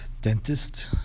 dentist